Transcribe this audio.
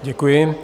Děkuji.